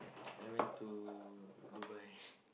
I went to Dubai